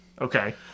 Okay